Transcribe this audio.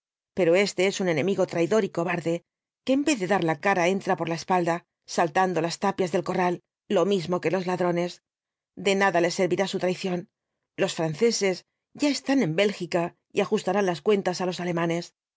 pero este es un enemigo traidor y cobarde que en vez de dar la cara entra por la espalda saltando las tapias del corral lo mismo que los ladrones de nada le servirá su traición los franceses ya están en bélgica y ajustarán las cuentas á los alemanes